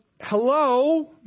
hello